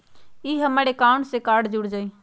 ई हमर अकाउंट से कार्ड जुर जाई?